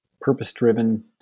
purpose-driven